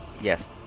Yes